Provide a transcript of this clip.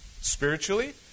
spiritually